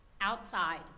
outside